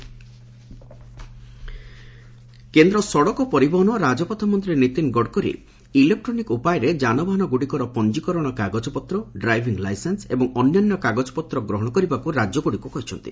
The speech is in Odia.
ଇ ଡକୋମେଣ୍ଟ କେନ୍ଦ ସଡ଼କ ପରିବହନ ଓ ରାଜପଥ ମନ୍ତ୍ରୀ ନୀତିନ ଗଡ଼କରୀ ଇଲେକ୍ଟୋନିକ୍ ଉପାୟରେ ଯାନବାହନ ଗୁଡ଼ିକର ପଞ୍ଜିକରଣ କାଗଜପତ୍ ଡ଼ାଇଭିଂ ଲାଇସେନ୍ ଏବଂ ଅନ୍ୟାନ୍ୟ କାଗଜପତ୍ ଗହଣ କରିବାକୁ ରାଜ୍ୟଗୁଡ଼ିକୁ କହିଛନ୍ତି